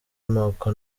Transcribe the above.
amoko